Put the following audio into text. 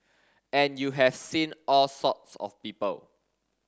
and you have seen all sorts of people